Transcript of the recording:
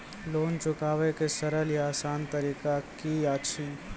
Loan चुकाबै के सरल या आसान तरीका की अछि?